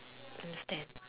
understand